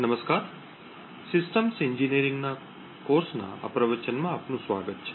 નમસ્તે સિસ્ટમ્સ એન્જિનિયરિંગના કોર્સના આ પ્રવચનમાં આપનું સ્વાગત છે